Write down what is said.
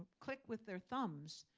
click with their thumbs,